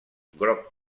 groc